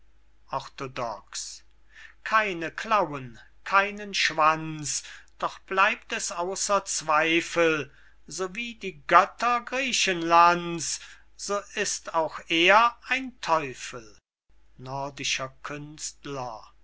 orthodox keine klauen keinen schwanz doch bleibt es außer zweifel so wie die götter griechenlands so ist auch er ein teufel nordischer künstler